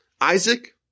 Isaac